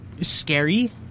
scary